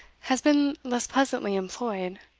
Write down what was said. has been less pleasantly employed.